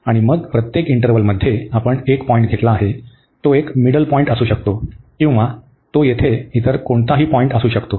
आणि मग प्रत्येक इंटरवलमध्ये आपण एक पॉईंट घेतला आहे तो एक मिडल पॉईंट असू शकतो किंवा तो येथे इतर कोणताही पॉईंट असू शकतो